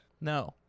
No